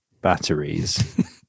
batteries